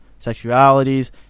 sexualities